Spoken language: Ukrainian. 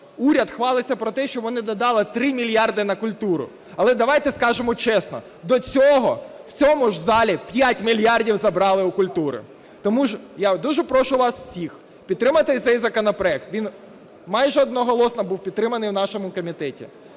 уряд хвалиться про те, що вони додали 3 мільярди на культуру. Але давайте скажемо чесно, до цього в цьому ж залі 5 мільярдів забрали у культури. Тому я дуже прошу вас усіх підтримати цей законопроект. Він майже одноголосно був підтриманий в нашому комітеті.